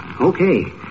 Okay